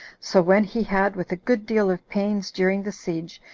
so when he had, with a good deal of pains during the siege,